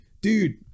Dude